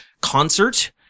concert